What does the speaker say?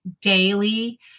daily